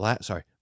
sorry